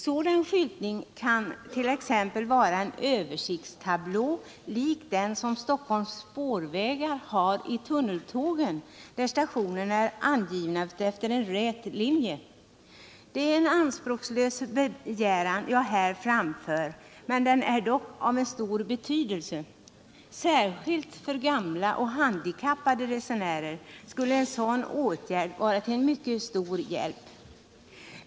Sådan skyltning kan t.ex. vara en översiktstablå, lik den Stockholms spårvägar har i tunneltågen, där stationerna är angivna utefter en rät linje. Det är en anspråkslös begäran jag här framför, men den är av stor betydelse. Särskilt för gamla och handikappade resenärer skulle en sådan åtgärd vara till stor hjälp.